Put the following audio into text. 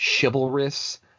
chivalrous